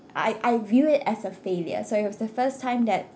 I I view it as a failure so it was the first time that